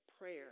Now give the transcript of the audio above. prayer